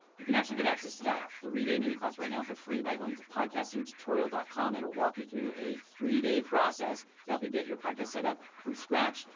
you can actually get access to that three-day mini class right now for free, by going to podcastingtutorial com. it'll walk you through a three-day process to help you get your podcast set up from scratch,